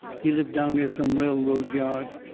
he lived down near some railroad yards.